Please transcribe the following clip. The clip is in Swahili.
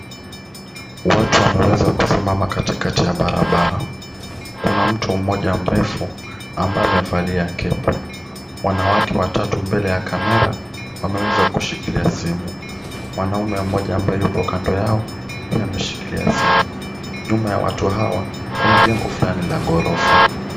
Watu wameweza kusimama katikati ya barabara. Kuna mtu mmoja mrefu ambaye amevalia kepu. Wanawake watatu mbele ya camera wameweza kushikilia simu. Mwanaume mmoja ambaye yupo kando yao, pia ameshikilia simu. Nyuma ya watu hawa kuna jengo fulani la ghorofa.